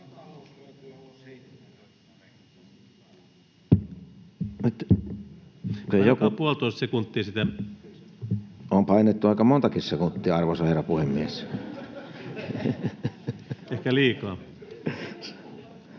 On painettu aika montakin sekuntia, arvoisa herra puhemies.